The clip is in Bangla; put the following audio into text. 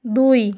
দুই